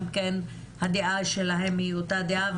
גם כן הדעה שלהם היא אותה דעה.